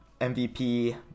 MVP